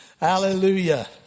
Hallelujah